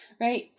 right